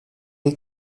dir